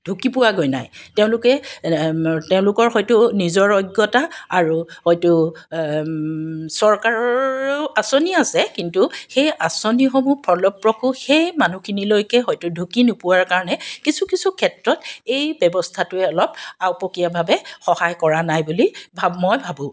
ঢুকি পোৱা গৈ নাই তেওঁলোকে তেওঁলোকৰ হয়তো নিজৰ অজ্ঞতা আৰু হয়তো চৰকাৰৰো আঁচনি আছে কিন্তু সেই আঁচনিসমূহ ফলপ্ৰসূ সেই মানুহখিনিলৈকে হয়তো ঢুকি নোপোৱাৰ কাৰণে কিছু কিছু ক্ষেত্ৰত এই ব্যৱস্থাটোৱে অলপ আওঁপকীয়াভাৱে সহায় কৰা নাই বুলি ভাব মই ভাবোঁ